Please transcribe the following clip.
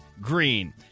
green